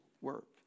work